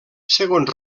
segons